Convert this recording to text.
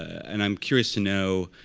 and i'm curious to know,